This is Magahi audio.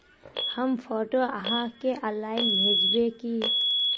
हम फोटो आहाँ के ऑनलाइन भेजबे की?